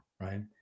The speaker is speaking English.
right